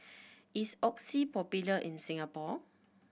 is Oxy popular in Singapore